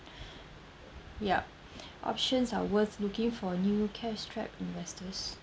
yup options are worth looking for new cash strapped investors